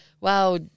wow